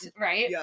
right